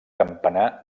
campanar